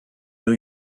new